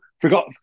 forgot